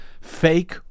fake